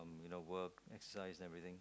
and you know work exercise everything